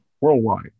worldwide